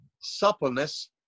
suppleness